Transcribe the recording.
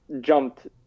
jumped